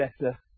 better